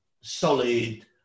solid